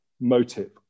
motive